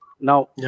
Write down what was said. Now